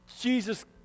Jesus